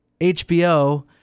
HBO